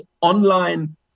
online